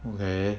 okay